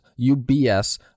UBS